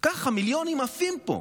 ככה, מיליונים עפים פה,